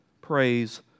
Praise